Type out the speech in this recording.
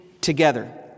together